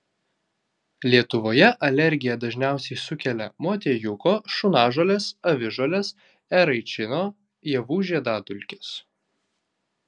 lietuvoje alergiją dažniausiai sukelia motiejuko šunažolės avižuolės eraičino javų žiedadulkės